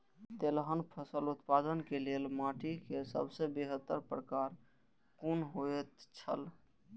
तेलहन फसल उत्पादन के लेल माटी के सबसे बेहतर प्रकार कुन होएत छल?